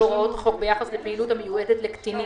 הוראות החוק ביחס לפעילות המיועדת לקטינים.